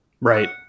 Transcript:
Right